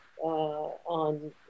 on